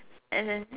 and then